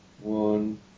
one